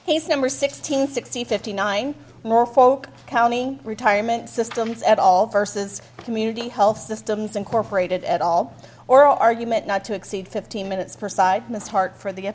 he's number sixteen sixty fifty nine more folk county retirement systems at all versus community health systems incorporated at all oral argument not to exceed fifteen minutes per side this heart for the